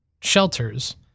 shelters